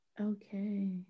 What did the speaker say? Okay